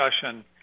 discussion